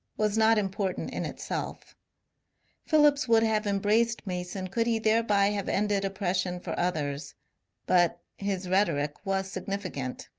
was not important in itself phillips would have embraced mason could he thereby have ended oppression for others but his rhetoric was significant.